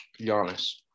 Giannis